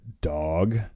dog